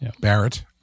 Barrett